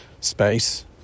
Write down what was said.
space